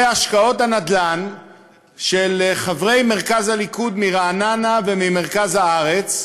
זה השקעות הנדל"ן של חברי מרכז הליכוד מרעננה וממרכז הארץ,